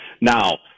Now